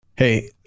Hey